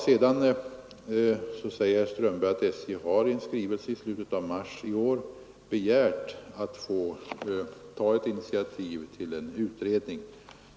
Vidare sade herr Strömberg att SJ i en skrivelse i slutet av mars i år har begärt att få ta initiativ till en utredning.